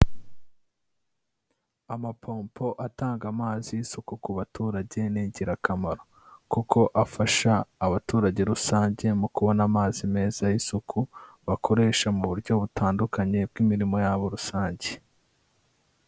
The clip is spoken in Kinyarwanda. Amapompo atanga amazi y'isuku ku baturage ni ingirakamaro kuko afasha abaturage rusange mu kubona amazi meza y'isuku bakoresha mu buryo butandukanye bw'imirimo yabo rusange.